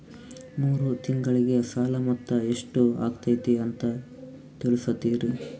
ಮೂರು ತಿಂಗಳಗೆ ಸಾಲ ಮೊತ್ತ ಎಷ್ಟು ಆಗೈತಿ ಅಂತ ತಿಳಸತಿರಿ?